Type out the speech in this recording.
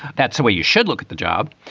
that's the way you should look at the job.